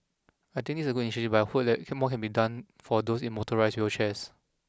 I think is a good initiative but I hope that can more can be done for those in motorised wheelchairs